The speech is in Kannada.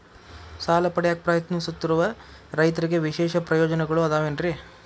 ಸಾಲ ಪಡೆಯಾಕ್ ಪ್ರಯತ್ನಿಸುತ್ತಿರುವ ರೈತರಿಗೆ ವಿಶೇಷ ಪ್ರಯೋಜನಗಳು ಅದಾವೇನ್ರಿ?